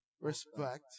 Respect